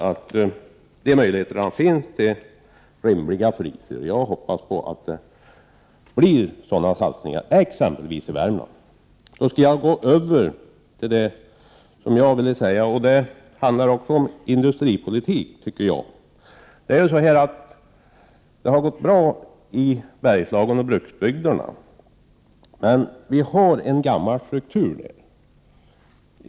Det finns möjligheter till rimliga kostnader. Jag hoppas att sådana satsningar görs, exempelvis i Värmland. Jag skall nu gå över till att tala om frågor som berör industripolitik. Det har gått bra för Bergslagen och bruksbygderna. I dessa bygder finns dock en gammal struktur.